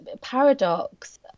paradox